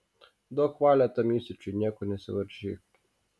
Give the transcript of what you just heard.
duok valią tam įsiūčiui nieko nesivaržyk